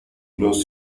los